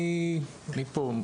אני מפה,